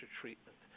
treatment